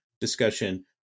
discussion